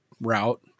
route